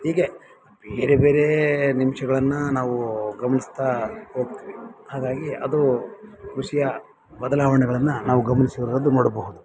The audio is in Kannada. ಹೀಗೆ ಬೇರೆ ಬೇರೆ ನಿಮಿಷಗಳನ್ನ ನಾವು ಗಮನಿಸ್ತಾ ಹೋಗ್ತೀವಿ ಹಾಗಾಗಿ ಅದು ಕೃಷಿಯ ಬದಲಾವಣೆಗಳನ್ನು ನಾವು ಗಮನಿಸಿರೋದು ನೋಡಬಹುದು